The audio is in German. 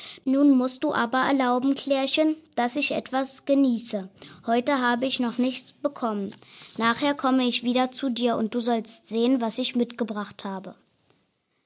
nun musst du aber erlauben klärchen dass ich etwas genieße heute habe ich noch nichts bekommen nachher komm ich wieder zu dir und du sollst sehen was ich mitgebracht habe